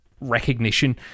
recognition